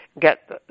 get